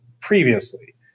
previously